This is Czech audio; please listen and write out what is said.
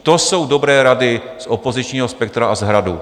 To jsou dobré rady z opozičního spektra a z Hradu.